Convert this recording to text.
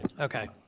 Okay